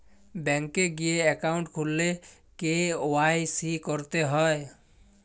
bank এ গিয়ে account খুললে কে.ওয়াই.সি ক্যরতে হ্যয়